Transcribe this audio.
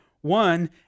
one